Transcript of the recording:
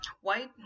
White